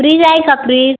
fridge आहे का fridge